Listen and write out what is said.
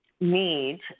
need